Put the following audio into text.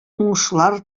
уңышлар